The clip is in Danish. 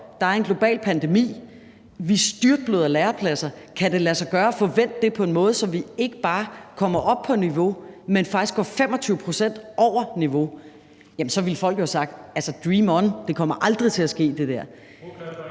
der er en global pandemi, at vi styrtbløder lærepladser, og om det kunne lade sig gøre at få vendt det på en måde, så vi ikke bare kom op på niveau, men faktisk gik 25 pct. over niveau, så ville folk jo have sagt: Dream on, det der kommer aldrig til at ske. Kl.